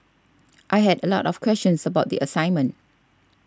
I had a lot of questions about the assignment